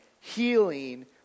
healing